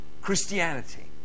Christianity